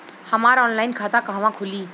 हमार ऑनलाइन खाता कहवा खुली?